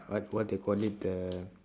what what they called it the